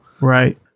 Right